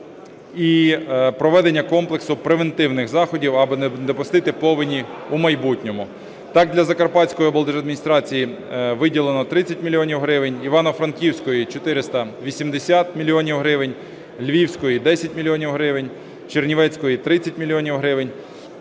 і проведення комплексу превентивних заходів, аби не допустити повені у майбутньому. Так для Закарпатської облдержадміністрації виділено 30 мільйонів гривень, Івано-Франківської – 480 мільйонів гривень, Львівської – 10 мільйонів гривень, Чернівецької – 30 мільйонів